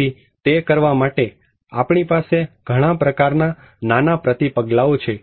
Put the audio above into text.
તેથી તે કરવા માટે આપણી પાસે ઘણા પ્રકારના નાના પ્રતિપગલાઓ છે